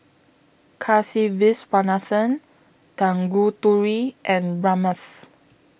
Kasiviswanathan Tanguturi and Ramnath